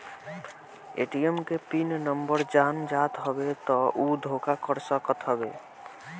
ATM के pin number जान जात हवे तब उ धोखा कर सकत हवे